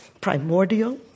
primordial